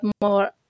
more